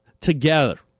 together